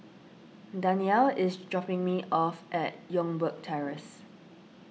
Danyell is dropping me off at Youngberg Terrace